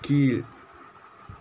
கீழ்